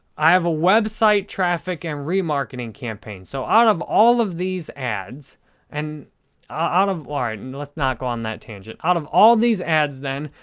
i have a website traffic and remarketing campaign. so, out of all of these ads and out of ah and and let's not go on that tangent. out of all these ads then,